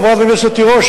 חברת הכנסת תירוש,